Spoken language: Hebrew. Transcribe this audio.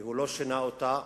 והוא לא שינה אותה.